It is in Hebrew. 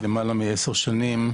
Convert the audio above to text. למעלה מ-10 שנים,